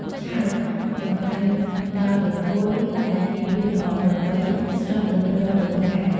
ឆើត សំទៅដល់បុគ្គលដែលមានភាពល្អប្រពៃស្រស់បំព្រងដូចផ្កា។